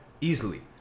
easily